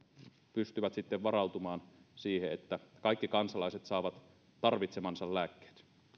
pystyvät sitten varautumaan siihen että kaikki kansalaiset saavat tarvitsemansa lääkkeet